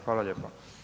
Hvala lijepo.